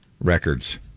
records